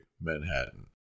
Manhattan